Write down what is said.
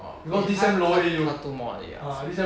orh 他拿 two mods 而已 ah